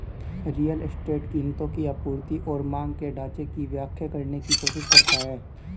real estate कीमतों की आपूर्ति और मांग के ढाँचा की व्याख्या करने की कोशिश करता है